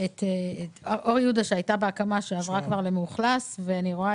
אני רואה